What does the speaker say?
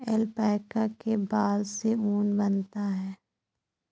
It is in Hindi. ऐल्पैका के बाल से ऊन बनता है